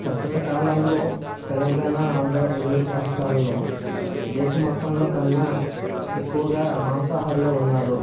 ప్రస్తుత కాలంలో తెలంగాణ ఆంధ్రప్రదేశ్ రాష్ట్రాలలో దేశం మొత్తంలో కన్నా ఎక్కువగా మాంసాహారులే ఉన్నారు